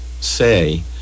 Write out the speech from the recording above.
say